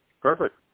Perfect